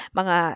mga